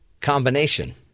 combination